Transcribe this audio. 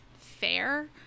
fair